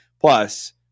Plus